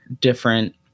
different